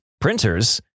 Printers